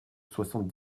soixante